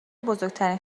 بزرگترین